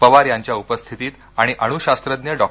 पवार यांच्या उपस्थितीत आणि अणू शास्त्रज्ञ डॉ